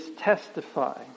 testify